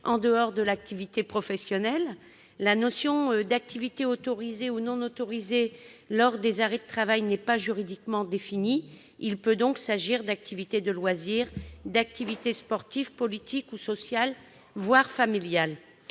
en dehors de l'activité professionnelle. La notion d'activité autorisée ou non autorisée pendant les arrêts de travail n'est pas juridiquement définie. Il peut s'agir d'activités de loisirs, d'activités sportives, politiques ou sociales, voire familiales.